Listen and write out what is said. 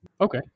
Okay